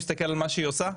-- תמשיכו להכות בנו, זה בסדר.